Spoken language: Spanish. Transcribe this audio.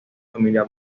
familia